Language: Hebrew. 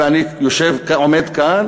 ואני עומד כאן